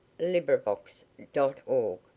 LibriVox.org